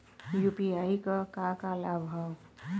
UPI क का का लाभ हव?